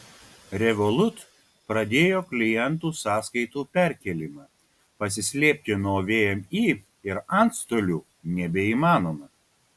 revolut pradėjo klientų sąskaitų perkėlimą pasislėpti nuo vmi ir antstolių nebeįmanoma